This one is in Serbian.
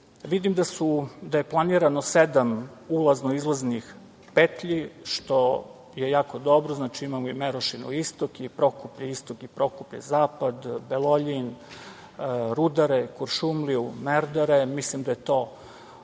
mesta. Vidim da je planirano sedam ulazno-izlaznih petlji, što je jako dobro. Znači, imamo Merošinu – istok, Prokuplje – istok, Prokuplje – zapad, Beloljin - Rudare, Kuršumliju – Merdare, mislim da je to optimalan